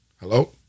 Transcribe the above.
Hello